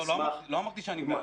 לא אמרתי שאני מערב.